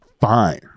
fine